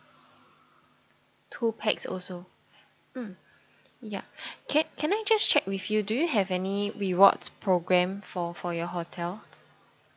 two pax also mm yup can can I just check with you do you have any rewards program for for your hotel